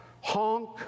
honk